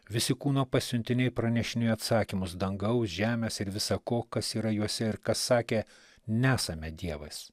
visi kūno pasiuntiniai pranešinėjo atsakymus dangaus žemės ir visa ko kas yra juose ir kas sakė nesame dievas